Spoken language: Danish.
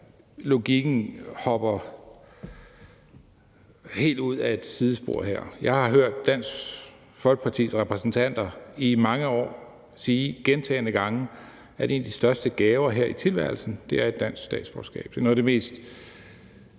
logikken hopper helt ud ad et sidespor her. Jeg har i mange år hørt Dansk Folkepartis repræsentanter sige gentagne gange, at en af de største gaver her i tilværelsen er et dansk statsborgerskab, og at det er noget af det mest